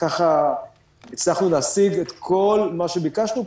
וככה הצלחנו להשיג את כל מה שביקשנו.